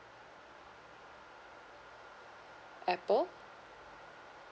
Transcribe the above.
apple